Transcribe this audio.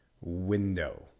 window